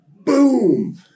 boom